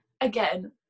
again